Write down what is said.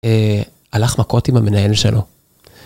הלך מכות עם המנהל שלו.